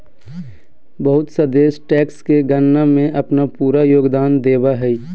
बहुत सा देश टैक्स के गणना में अपन पूरा योगदान देब हइ